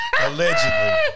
Allegedly